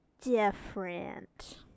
different